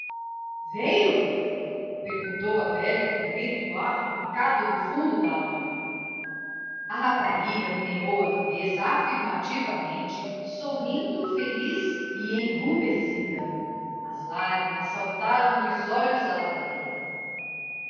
veio perguntou a velha com um grito arrancado do fundo dalma a rapariga meneou a cabeça afirmativamente sorrindo feliz e enrubescida as lágrimas saltaram dos olhos da lavadeira